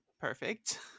perfect